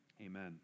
Amen